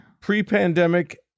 pre-pandemic